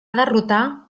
derrotar